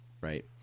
Right